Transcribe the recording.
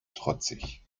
trotzig